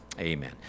Amen